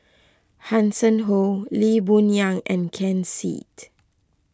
Hanson Ho Lee Boon Yang and Ken Seet